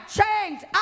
changed